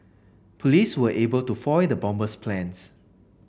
police were able to foil the bomber's plans